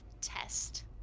test